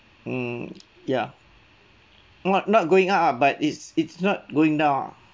mm ya not not going up but it's it's not going down